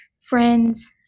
friends